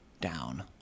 down